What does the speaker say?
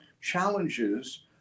challenges